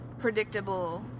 predictable